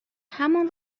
همان